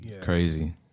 crazy